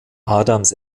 adams